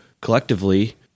collectively